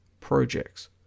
projects